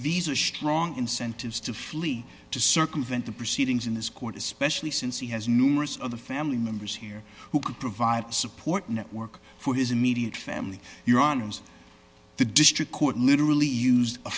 these are strong incentives to flee to circumvent the proceedings in his court especially since he has numerous other family members here who could provide support network for his immediate family your honour's the district court literally use a